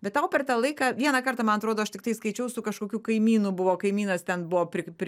bet tau per tą laiką vieną kartą man atrodo aš tiktai skaičiau su kažkokiu kaimynu buvo kaimynas ten buvo pri pri